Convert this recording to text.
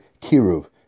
Kiruv